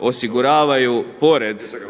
osiguravaju pored